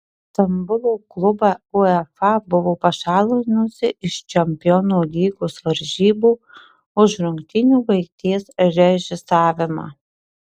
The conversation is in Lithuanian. stambulo klubą uefa buvo pašalinusi iš čempionų lygos varžybų už rungtynių baigties režisavimą